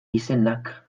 izenak